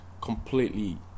completely